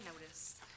notice